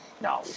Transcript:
No